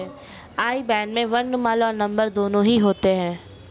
आई बैन में वर्णमाला और नंबर दोनों ही होते हैं